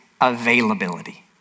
availability